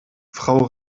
frau